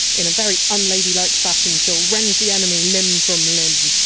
in a very unladylike fashion, she! ll rend the enemy limb from limb!